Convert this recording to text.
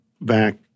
back